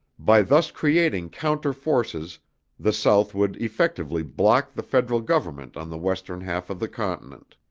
by thus creating counter forces the south would effectively block the federal government on the western half of the continent.